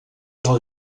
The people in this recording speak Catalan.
del